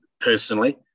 personally